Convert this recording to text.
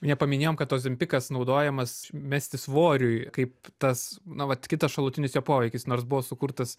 nepaminėjom kad ozempikas naudojamas mesti svoriui kaip tas na vat kitas šalutinis jo poveikis nors buvo sukurtas